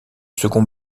second